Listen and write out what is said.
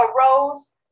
arose